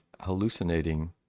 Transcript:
hallucinating